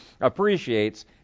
appreciates